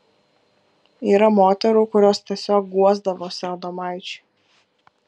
yra moterų kurios tiesiog guosdavosi adomaičiui